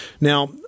Now